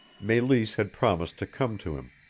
meleese had promised to come to him,